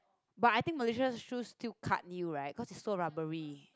but I think Mellisa shoe still cut you right cause it's so rubbery